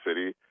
city